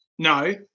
no